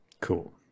Cool